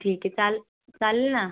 ठीक आहे चाल चालेल ना